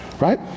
right